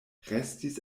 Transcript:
restis